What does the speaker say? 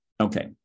Okay